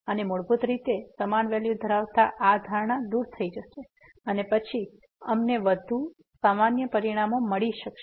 અને મૂળભૂત રીતે સમાન વેલ્યુ ધરાવવાની આ ધારણા દૂર થઈ જશે અને પછી અમને વધુ સામાન્ય પરિણામો મળશે